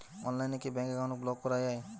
অনলাইনে কি bank account block করা য়ায়?